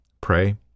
Pray